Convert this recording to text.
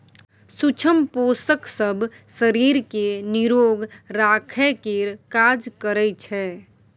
सुक्ष्म पोषक सब शरीर केँ निरोग राखय केर काज करइ छै